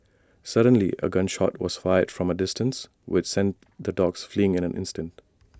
suddenly A gun shot was fired from A distance which sent the dogs fleeing in an instant